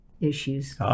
issues